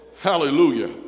Hallelujah